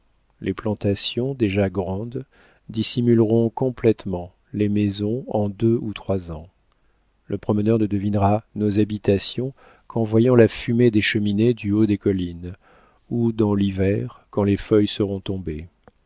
les plantations déjà grandes dissimuleront complétement les maisons en deux ou trois ans le promeneur ne devinera nos habitations qu'en voyant la fumée des cheminées du haut des collines ou dans l'hiver quand les feuilles seront tombées